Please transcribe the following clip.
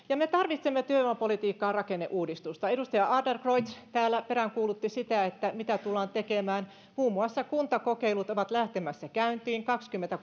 ja me tarvitsemme työvoimapolitiikkaan rakenneuudistusta edustaja adlercreutz täällä peräänkuulutti sitä että mitä tullaan tekemään muun muassa kuntakokeilut ovat lähtemässä käyntiin kaksikymmentä